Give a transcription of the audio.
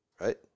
right